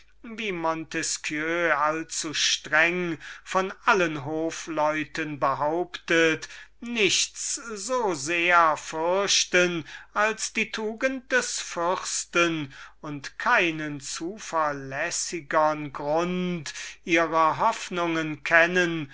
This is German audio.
von allen hofleuten behauptet nichts so sehr fürchten als die tugend des fürsten und keinen zuverlässigern grund ihrer hoffnungen kennen